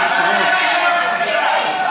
על עצם הנוכחות בחומש עושים להם,